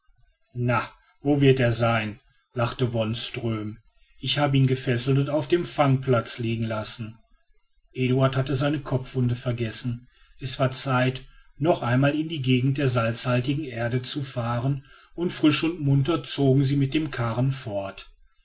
na wo wird er sein lachte wonström ich habe ihn gefesselt und auf dem fangplatz liegen lassen eduard hatte seine kopfwunde vergessen es war zeit noch einmal in die gegend der salzhaltigen erde zu fahren und frisch und munter zogen sie mit dem karren fort